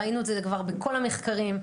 ראינו את זה כבר בכל המחקרים,